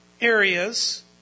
areas